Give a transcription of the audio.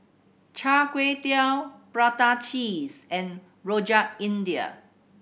Char Kway Teow prata cheese and Rojak India